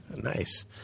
Nice